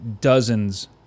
dozens